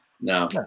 No